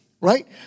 right